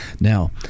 Now